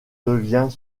devient